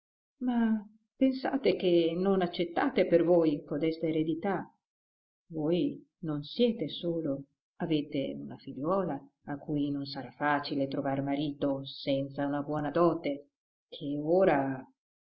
ma pensate che non accettate per voi codesta eredità voi non siete solo avete una figliuola a cui non sarà facile trovar marito senza una buona dote che ora